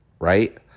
right